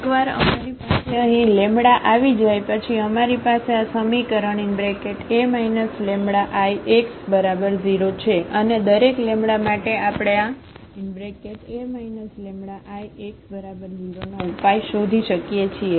એકવાર અમારી પાસે અહીં આવી જાય પછી અમારી પાસે આ સમીકરણ A λIx0 છે અને દરેક લેમ્બડા માટે આપણે આ A λIx0 નો ઉપાય શોધી શકીએ છીએ